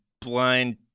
blind